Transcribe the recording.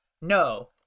No